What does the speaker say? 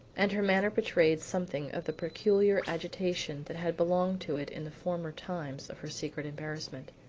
and her manner betrayed something of the peculiar agitation that had belonged to it in the former times of her secret embarassment.